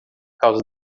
causa